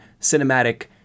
cinematic